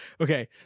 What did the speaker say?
Okay